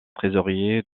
trésorier